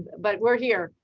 but we're here,